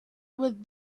with